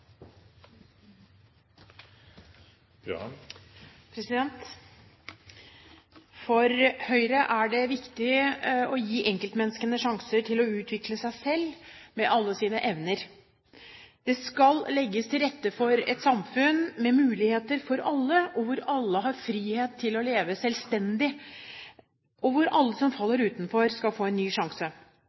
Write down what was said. det viktig å gi enkeltmennesket en sjanse til å utvikle seg selv med alle sine evner. Det skal legges til rette for et samfunn med muligheter for alle, hvor alle har frihet til å leve selvstendig, og hvor alle som faller utenfor, skal få en sjanse.